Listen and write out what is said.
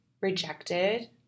rejected